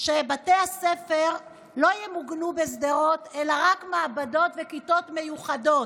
שבתי הספר לא ימוגנו בשדרות אלא רק מעבדות וכיתות מיוחדות.